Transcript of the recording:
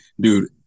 dude